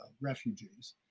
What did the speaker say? refugees